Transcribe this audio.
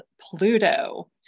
Pluto